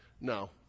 No